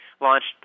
launched